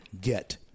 get